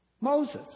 Moses